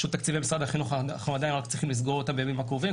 פשוט את תקציבי משרד החינוך אנחנו צריכים לסגור בימים הקרובים.